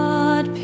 God